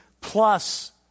plus